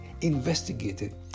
investigated